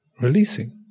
releasing